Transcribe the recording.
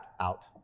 out